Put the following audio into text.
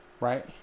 right